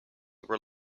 were